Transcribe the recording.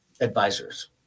advisors